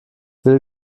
will